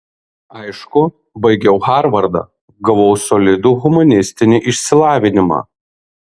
aišku baigiau harvardą gavau solidų humanistinį išsilavinimą